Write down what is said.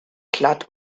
glatt